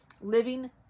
Living